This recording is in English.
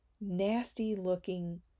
nasty-looking